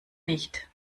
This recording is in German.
nicht